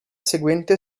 seguente